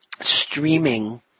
streaming